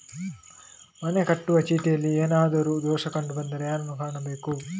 ಮನೆಗೆ ಕಟ್ಟುವ ಚೀಟಿಯಲ್ಲಿ ಏನಾದ್ರು ದೋಷ ಕಂಡು ಬಂದರೆ ಯಾರನ್ನು ಕಾಣಬೇಕು?